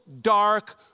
dark